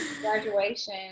Graduation